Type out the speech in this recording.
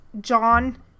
John